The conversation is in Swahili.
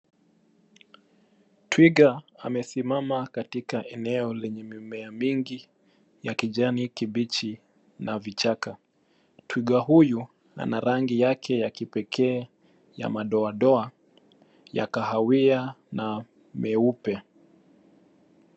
Twiga amesimama katika eneo lenye mimea mingi ya kijani kibichi na vichaka. Twiga huyu ana rangi yake ya kipekee ya madoadoa ya kahawia na meupe.